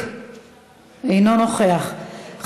שיזם,